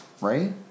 right